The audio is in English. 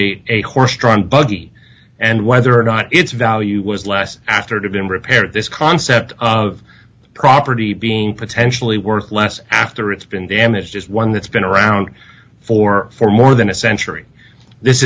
eat a horse drawn buggy and whether or not its value was last after have been repaired this concept of property being potentially worth less after it's been damaged is one that's been around for for more than a century this